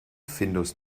findus